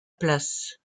place